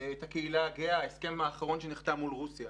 את הקהילה הגאה ההסכם האחרון שנחתם מול רוסיה.